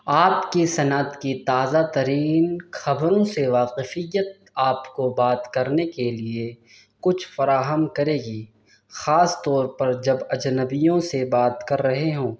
آپ کی صنعت کی تازہ ترین کھبروں سے واقفیت آپ کو بات کرنے کے لیے کچھ فراہم کرے گی خاص طور پر جب اجنبیوں سے بات کر رہے ہوں